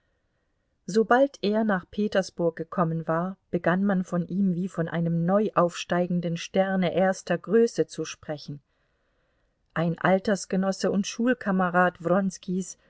sobald er nach petersburg gekommen war begann man von ihm wie von einem neu aufsteigenden sterne erster größe zu sprechen ein altersgenosse und schulkamerad